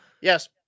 Yes